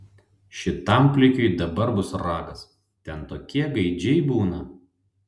šitam plikiui dabar bus ragas ten tokie gaidžiai būna